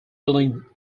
building